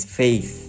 faith